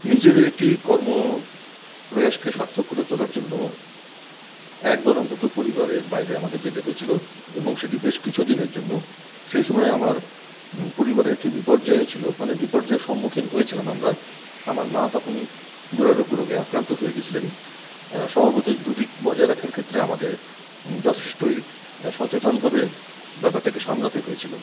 নিজেরই একটি কর্ম প্রয়াসকে সার্থক করে তোলার জন্য একবার অন্তত পরিবারের বাইরে আমাকে যেতে হয়েছিলো এবং সেটি বেশ কিছু দিনের জন্য সেই সময় আমার পরিবারে একটি বিপর্যয়ও ছিলো মানে বিপর্যয়ের সম্মুখীন হয়েছিলাম আমরা আমার মা তখন দূরারোগ্য রোগে আক্রান্ত হয়ে গিয়েছিলেন স্বভাবতই দু দিক বজায় রাখার ক্ষেত্রে আমাকে যথেষ্টই সচেতনভাবে ব্যাপারটাকে সামলাতে হয়েছিলো